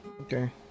Okay